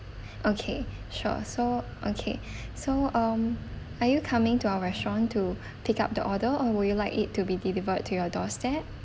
okay sure so okay so um are you coming to our restaurant to pick up the order or will you like it to be delivered to your doorstep